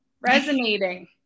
resonating